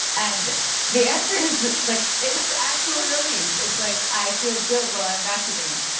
and the answer is, like, it's actually a release. it's like i feel good while i'm vacuuming,